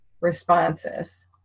responses